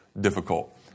difficult